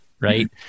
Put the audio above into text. right